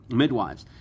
midwives